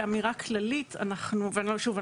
כאמירה כללית ושוב,